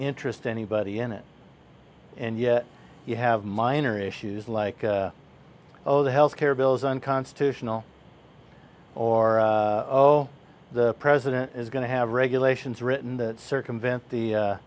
interest anybody in it and yet you have minor issues like oh the health care bill is unconstitutional or the president is going to have regulations written that circumvent the